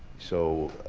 so,